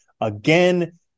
again